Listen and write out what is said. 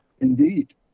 Indeed